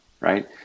right